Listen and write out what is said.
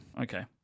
Okay